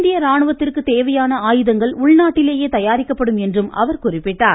இந்திய ராணுவத்திற்கு தேவையான ஆயுதங்கள் உள்நாட்டிலேயே தயாரிக்கப்படும் என்றும் அவர் குறிப்பிட்டார்